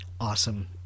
awesome